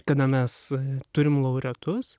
kada mes turime laureatus